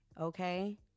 Okay